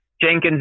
Jenkins